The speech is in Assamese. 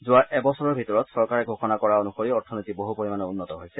যোৱা এবছৰৰ ভিতৰত চৰকাৰে ঘোষণা কৰা অনুসৰি অৰ্থনীতি বহু পৰিমাণে উন্নত হৈছে